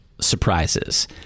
surprises